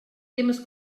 temes